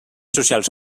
socials